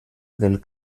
del